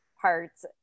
parts